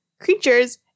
creatures